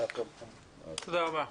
תודה רבה.